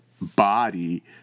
body